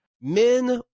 Men